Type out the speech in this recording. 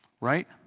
right